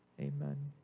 Amen